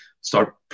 start